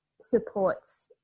supports